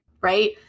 right